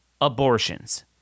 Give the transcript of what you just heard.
abortions